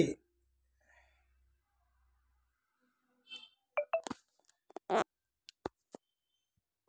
మిర్చిలో పైముడత ఎలా వస్తుంది?